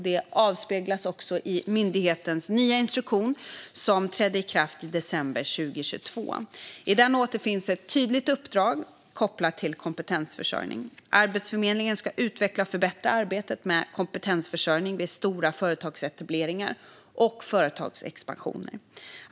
Det avspeglas också i myndighetens nya instruktion, som trädde i kraft i december 2022. I den återfinns ett tydligt uppdrag kopplat till kompetensförsörjning. Arbetsförmedlingen ska utveckla och förbättra arbetet med kompetensförsörjning vid stora företagsetableringar och företagsexpansioner.